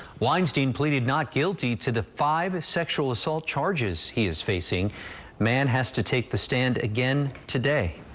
weinstein pleaded not guilty to the five a sexual assault charges. he's facing man has to take the stand again today.